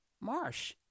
Marsh